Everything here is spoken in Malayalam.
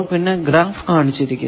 പിന്നെ ഗ്രാഫ് കാണിച്ചിരിക്കുന്നു